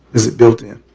is it built-in?